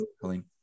Colleen